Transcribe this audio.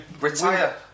retire